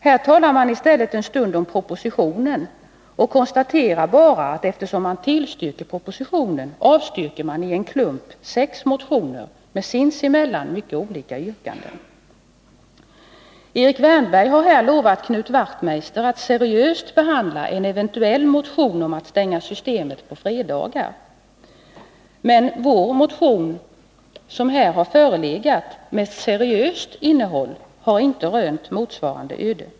Här talar man i stället en stund om propositionen och konstaterar bara, att eftersom man tillstyrker propositionen, avstyrker man i en klump sex motioner med sinsemellan mycket olika yrkanden. Erik Wärnberg har här lovat Knut Wachtmeister att seriöst behandla en eventuell motion om att stänga systemet på fredagar. Men vår motion, som här har förelegat med ett seriöst innehåll, har inte rönt motsvarande öde.